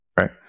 right